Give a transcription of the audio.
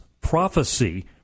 prophecy